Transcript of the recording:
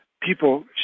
people